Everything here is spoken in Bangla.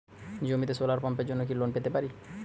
জমিতে সোলার পাম্পের জন্য কি লোন পেতে পারি?